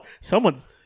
someone's